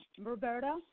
Roberta